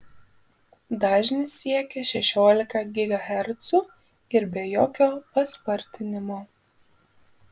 dažnis siekia šešiolika gigahercų ir be jokio paspartinimo